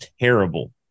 terrible